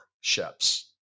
ships